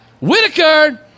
Whitaker